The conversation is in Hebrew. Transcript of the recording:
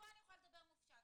פה אני יכולה לדבר מופשט.